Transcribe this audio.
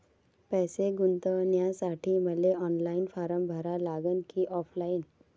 पैसे गुंतन्यासाठी मले ऑनलाईन फारम भरा लागन की ऑफलाईन?